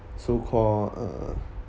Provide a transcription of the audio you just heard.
so called uh